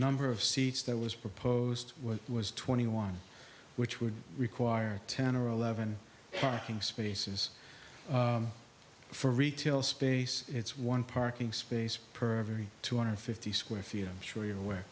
number of seats that was proposed would was twenty one which would require ten or eleven parking spaces for retail space it's one parking space per every two hundred fifty square feet i'm sure you're aware